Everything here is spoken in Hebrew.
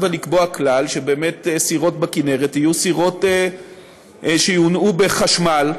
לקבוע כלל שסירות בכינרת יהיו סירות שיונעו בחשמל,